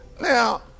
Now